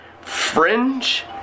fringe